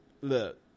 Look